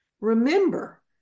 Remember